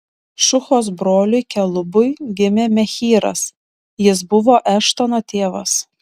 šuhos broliui kelubui gimė mehyras jis buvo eštono tėvas